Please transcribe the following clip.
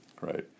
Right